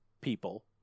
people